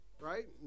right